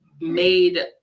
made